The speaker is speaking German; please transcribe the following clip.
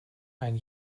ein